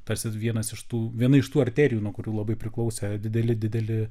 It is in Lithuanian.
tarsi vienas iš tų viena iš tų arterijų nuo kurių labai priklausė dideli dideli